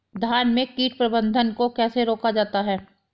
धान में कीट प्रबंधन को कैसे रोका जाता है?